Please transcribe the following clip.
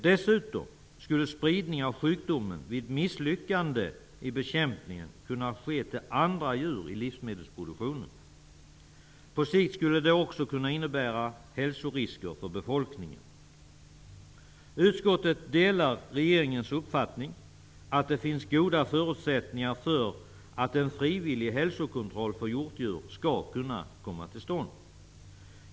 Dessutom skulle spridningen kunna ske till andra djur i livsmedelsproduktionen vid ett misslyckande av bekämpningen. På sikt skulle det också kunna innebära hälsorisker för befolkningen. Utskottet delar regeringens uppfattning att det finns goda förutsättningar för att en frivillig hälsokontroll för hjortdjur skall kunna komma till stånd.